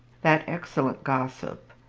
that excellent gossip,